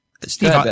Steve